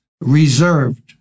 reserved